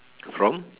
from